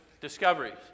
discoveries